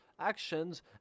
actions